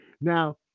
Now